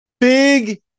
Big